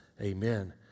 Amen